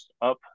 up